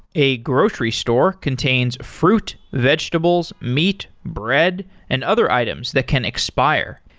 a grocery store contains fruit, vegetables, meat, bread and other items that can expire.